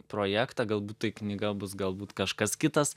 projektą galbūt tai knyga bus galbūt kažkas kitas